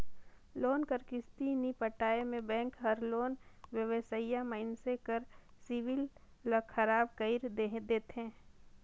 loan कर किस्ती नी पटाए में बेंक हर लोन लेवइया मइनसे कर सिविल ल खराब कइर देथे